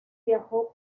viajó